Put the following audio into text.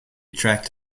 tracked